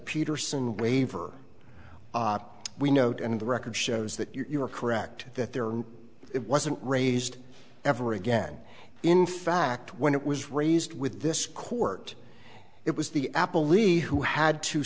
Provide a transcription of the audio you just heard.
peterson waiver we note and the record shows that you are correct that there it wasn't raised ever again in fact when it was raised with this court it was the apple e who had to